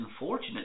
unfortunate